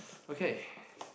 okay